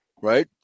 right